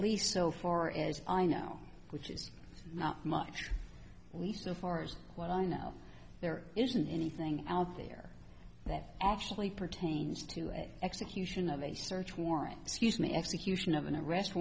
least so far as i know which is not much we so far as what i know there isn't anything out there that actually pertains to an execution of a search warrant scuse me execution of an arrest